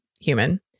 human